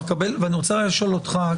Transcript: אני רוצה לשאול אותך,